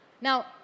Now